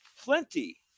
plenty